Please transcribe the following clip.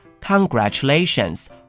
congratulations